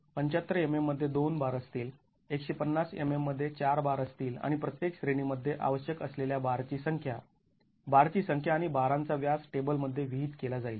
७५ mm मध्ये २ bar असतील १५० mm मध्ये ४ बार असतील आणि प्रत्येक श्रेणी मध्ये आवश्यक असलेल्या बार ची संख्या बार ची संख्या आणि बारां चा व्यास टेबल मध्ये विहित केला जाईल